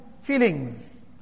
feelings